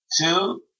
Two